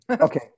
Okay